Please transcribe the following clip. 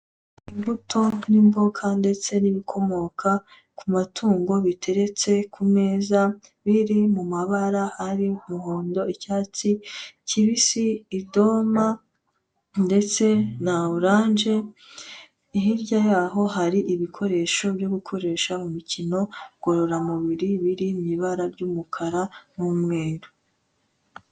Imbuto n'imboga ndetse n'ibikomoka ku matungo biteretse ku meza, biri mu mabara ari umuhondo, icyatsi kibisi, idoma ndetse na oranje. Hirya yaho hari ibikoresho byo gukoresha mu mikino ngororamubiri, biri mu ibara ry'umukara n'umweru.